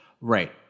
Right